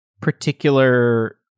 particular